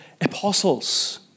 apostles